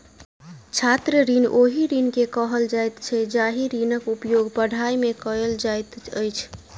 छात्र ऋण ओहि ऋण के कहल जाइत छै जाहि ऋणक उपयोग पढ़ाइ मे कयल जाइत अछि